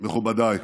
מכובדיי,